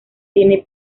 tiene